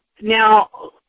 now